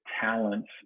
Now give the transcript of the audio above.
talents